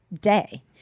day